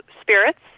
spirits